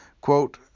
Quote